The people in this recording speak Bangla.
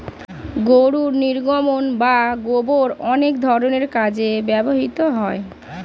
গরুর নির্গমন বা গোবর অনেক ধরনের কাজে ব্যবহৃত হয়